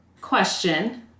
question